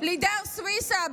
לידר סוויסה,